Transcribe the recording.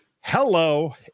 hello